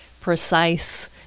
precise